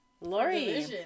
Lori